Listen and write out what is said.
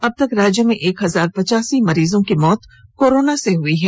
अब तक राज्य में एक हजार पचासी मरीज की मौत कोरोना से हुई हैं